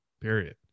period